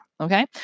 Okay